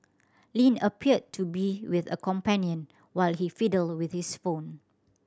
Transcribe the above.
Lin appeared to be with a companion while he fiddled with his phone